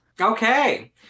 Okay